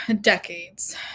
decades